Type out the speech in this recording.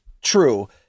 true